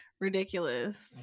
ridiculous